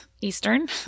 Eastern